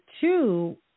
two